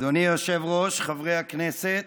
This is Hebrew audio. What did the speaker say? אדוני היושב-ראש, חברי הכנסת,